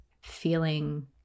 feeling